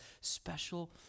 special